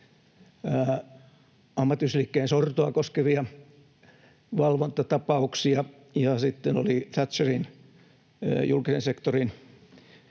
ammattiyhdistysliikkeen sortoa koskevia valvontatapauksia ja sitten oli Thatcherin julkisen sektorin